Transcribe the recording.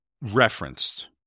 referenced